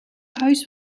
huis